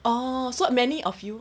orh so many of you